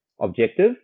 objective